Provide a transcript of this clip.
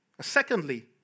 Secondly